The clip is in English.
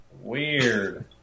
Weird